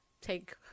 take